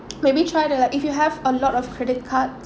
maybe try to like if you have a lot of credit card~